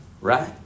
right